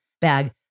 bag